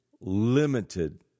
limited